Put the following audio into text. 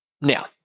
Now